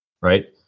right